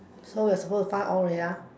so we are suppose find all ya